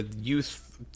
youth